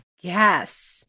yes